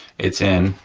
it's in,